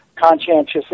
conscientious